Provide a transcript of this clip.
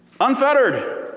Unfettered